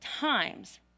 times